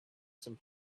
some